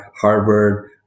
Harvard